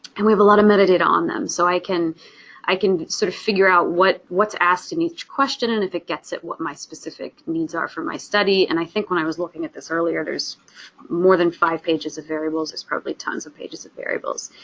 and we have a lot of metadata on them so i can i can, sort of, figure out what's asked in each question and if it gets at what my specific needs are for my study. and i think, when i was looking at this earlier, there's more than five pages of variables, there's probably tons of pages of variables.